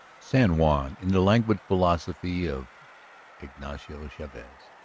san juan, in the languid philosophy of ignacio chavez,